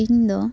ᱤᱧ ᱫᱚ